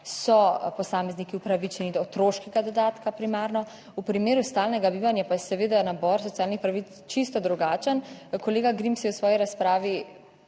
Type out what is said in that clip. so posamezniki upravičeni do otroškega dodatka primarno. V primeru stalnega bivanja pa je seveda nabor socialnih pravic čisto drugačen. Kolega Grims je v svoji razpravi